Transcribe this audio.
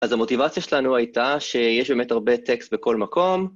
אז המוטיבציה שלנו הייתה שיש באמת הרבה טקסט בכל מקום.